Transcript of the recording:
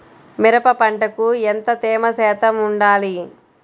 మిరప పంటకు ఎంత తేమ శాతం వుండాలి?